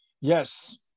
Yes